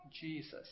Jesus